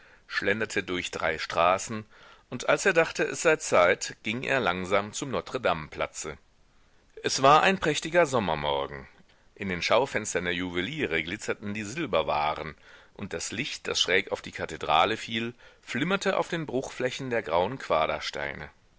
schlenderte durch drei straßen und als er dachte es sei zeit ging er langsam zum notre dame platze es war ein prächtiger sommermorgen in den schaufenstern der juweliere glitzerten die silberwaren und das licht das schräg auf die kathedrale fiel flimmerte auf den bruchflächen der grauen